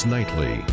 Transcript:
Nightly